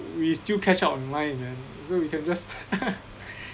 we still catch up online man so we can just